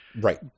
right